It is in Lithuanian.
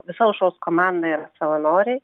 visa aušros komanda yra savanoriai